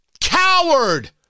Coward